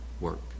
work